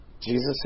Jesus